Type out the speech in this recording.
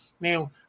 Now